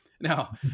now